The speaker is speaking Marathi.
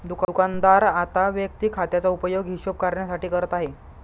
दुकानदार आता वैयक्तिक खात्याचा उपयोग हिशोब करण्यासाठी करत आहे